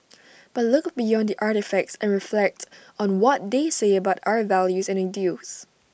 but look beyond the artefacts and reflect on what they say about our values and ideals